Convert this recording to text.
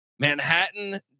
Manhattan